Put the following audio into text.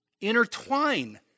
intertwine